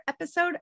episode